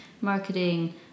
marketing